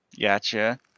Gotcha